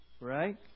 right